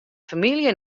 famylje